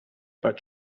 but